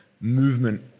movement